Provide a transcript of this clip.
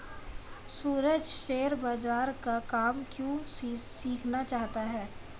सूरज share बाजार का काम क्यों सीखना चाहता है?